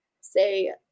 say